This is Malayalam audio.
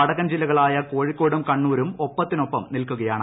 വടക്കൻ ജില്ലകളായ കോഴിക്കോടും കണ്ണൂരും ഒപ്പത്തിനൊപ്പം നിൽകുകയാണ്